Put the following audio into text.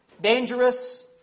dangerous